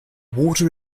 water